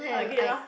okay lor